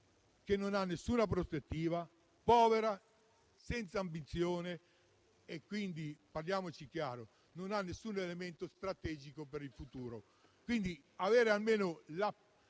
che non ha nessuna prospettiva, povera, senza ambizione. Parliamoci chiaro, non ha nessun elemento strategico per il futuro. Quindi, avere almeno